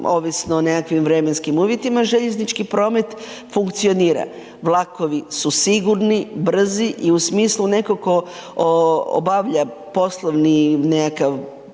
ovisno o nekakvim vremenskim uvjetima, željeznički promet funkcionira. Vlakovi su sigurni, brzi i u smislu neko ko obavlja poslovni nekakav